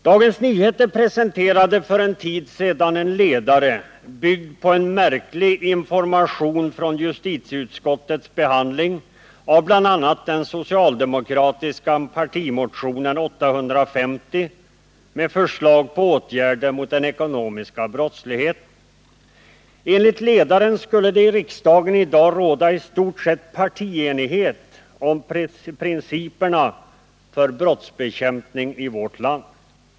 Dagens Nyheter presenterade för en tid sedan en ledare, byggd på märklig information från justitieutskottets behandling av bl.a. den socialdemokratiska partimotionen 850 med förslag till åtgärder mot den ekonomiska brottsligheten. Enligt ledaren skulle det i riksdagen i dag råda i stort sett partienighet om principerna för brottsbekämpning i vårt land.